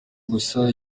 gusa